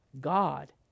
God